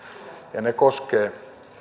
ja ne koskevat